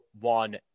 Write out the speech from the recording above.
One